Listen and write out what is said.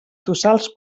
tossals